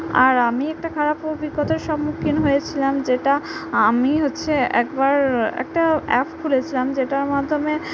আর আমি একটা খারাপ অভিজ্ঞতার সম্মুখীন হয়েছিলাম যেটা আমি হচ্ছে একবার একটা অ্যাপ খুলেছিলাম যেটার মাধ্যমে